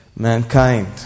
Mankind